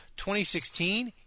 2016